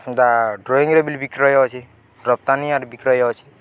ଏନ୍ତା ଡ୍ରଇଂରେ ବି ବିକ୍ରୟ ଅଛି ରପ୍ତାନି ଆର୍ ବିକ୍ରୟ ଅଛି